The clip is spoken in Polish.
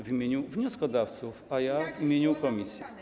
w imieniu wnioskodawców, a ja w imieniu komisji.